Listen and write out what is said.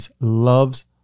loves